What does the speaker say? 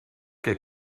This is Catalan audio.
que